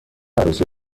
عروسی